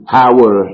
power